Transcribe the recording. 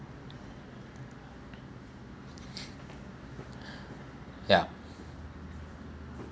ya